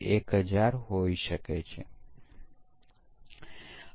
તમે બગનો પ્રકાર અને તેના ટકાવારી વાસ્તવિક પ્રોગ્રામ સાથે મેળ ખાવા જોઈએ